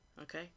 Okay